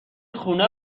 خونه